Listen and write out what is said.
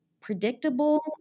predictable